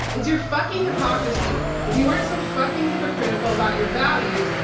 it's your fucking hypocrisy. if you weren't so fucking hypocritical about your values,